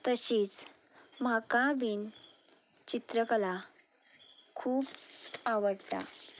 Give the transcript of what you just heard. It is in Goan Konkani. तशेंच म्हाका बीन चित्रकला खूब आवडटा